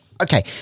Okay